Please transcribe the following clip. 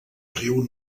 riu